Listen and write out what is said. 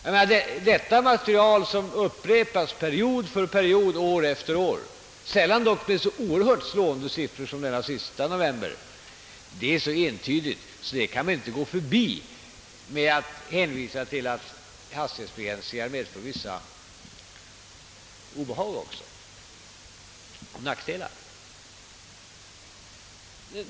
Liknande siffror som upprepas period för period år efter år, dock sällan så oerhört slående siffror som beträffande denna novemberperiod, är så entydiga att man inte kan förbigå dem med hänvisning till att hastighetsbegränsningar medför vissa obehag och nackdelar.